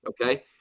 Okay